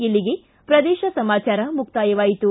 ಇಲ್ಲಿಗೆ ಪ್ರದೇಶ ಸಮಾಚಾರ ಮುಕ್ತಾಯವಾಯಿತು